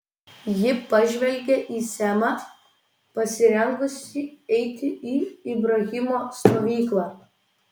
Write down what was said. ji pažvelgė į semą pasirengusį eiti į ibrahimo stovyklą